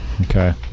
Okay